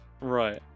right